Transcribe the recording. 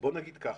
בוא נגיד ככה.